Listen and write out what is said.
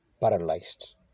paralyzed